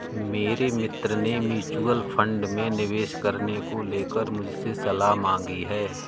मेरे मित्र ने म्यूच्यूअल फंड में निवेश करने को लेकर मुझसे सलाह मांगी है